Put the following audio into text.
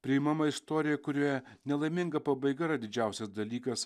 priimama istorija kurioje nelaiminga pabaiga yra didžiausias dalykas